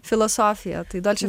filosofija tai dolce